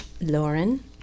Lauren